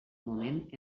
moment